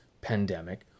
pandemic